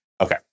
Okay